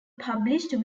published